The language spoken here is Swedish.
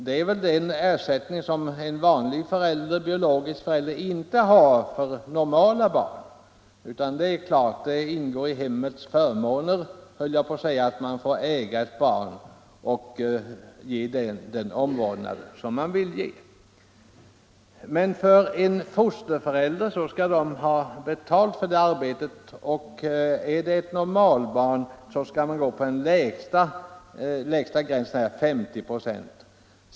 Det är en ersättning som en vanlig biologisk förälder inte har för normala barn. Det ingår i hemmets förmåner, höll jag på att säga, att man får äga ett barn och ge det den omvårdnad som man vill ge. Men en fosterförälder skall ha betalt för detta arbete, och när det gäller ett normalbarn skall alltså 50 96 utgå.